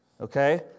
Okay